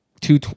two